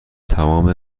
تمام